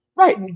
Right